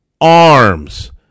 arms